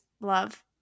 love